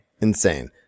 Insane